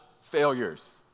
failures